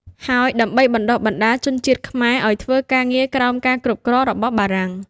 ហើយដើម្បីបណ្តុះបណ្តាលជនជាតិខ្មែរឱ្យធ្វើការងារក្រោមការគ្រប់គ្រងរបស់បារាំង។